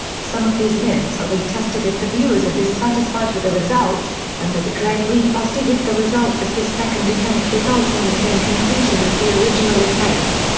some of these myths are retested if the viewers are dissatisfied with the results, and are declared re-busted if the results of this second attempt results in the same conclusion as the original attempt.